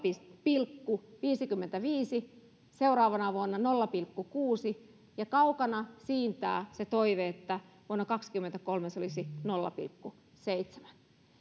pilkku viisikymmentäviisi seuraavana vuonna nolla pilkku kuusi ja kaukana siintää se toive että vuonna kaksikymmentäkolme se olisi nolla pilkku